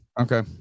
Okay